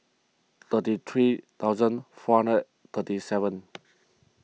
thirty three thousand four hundred thirty seven